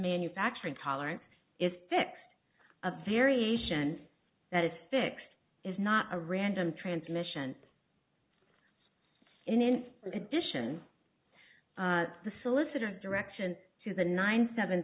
manufacturing tolerance is fixed a variation that is fixed is not a random transmission in addition to the solicitor directions to the nine seven